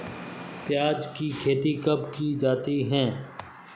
प्याज़ की खेती कब की जाती है?